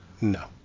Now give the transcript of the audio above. No